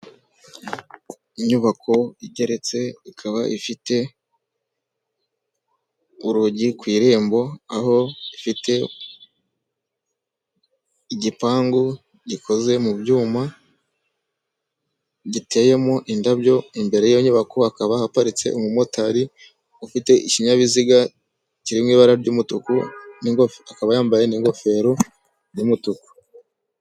Inyubako igeretse, ikaba ifite urugi ku irembo, aho ifite igipangu gikoze mu byuma, giteyemo indabyo, imbere y'iyo nyubako hakaba haparitse umumotari ufite ikinyabiziga kiri mu ibara ry'umutuku, akaba yambaye n'ingofero y'umutuku.